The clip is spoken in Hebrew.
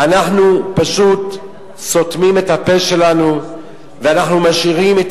אנחנו פשוט סותמים את הפה שלנו ומשאירים את